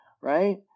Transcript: right